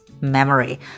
memory